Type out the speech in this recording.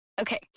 Okay